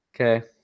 Okay